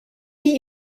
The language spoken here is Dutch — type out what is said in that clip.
wie